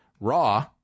Raw